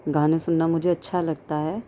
گانے سننا مجھے اچھا لگتا ہے